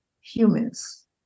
humans